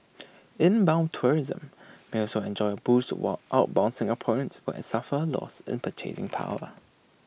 inbound tourism may also enjoy A boost while outbound Singaporeans will suffer A loss in purchasing power